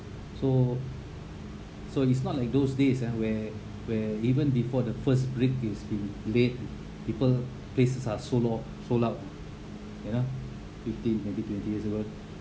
so so it's not like those days ah where where even before the first brick is being laid people places are sold out sold out you know fifteen maybe twenty years ago